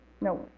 no